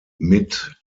mit